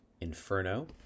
Inferno